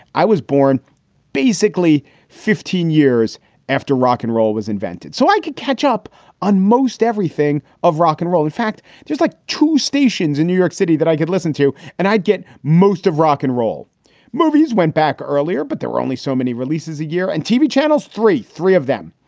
i was born basically fifteen years after rock n roll was invented so i could catch up on most everything of rock and roll. in fact, there's like two stations in new york city that i could listen to and i'd get most of rock and roll movies went back earlier, but there were only so many releases a year and tv channels three, three of them.